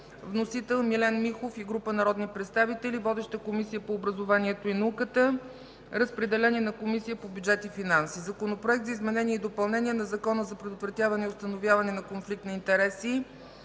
Вносители – Милен Михов и група народни представители. Водеща е Комисията по образованието и науката. Разпределен е на Комисията по бюджет и финанси. Законопроект за изменение и допълнение на Закона за предотвратяване и установяване на конфликт на интереси.